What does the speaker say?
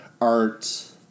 art